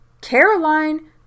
caroline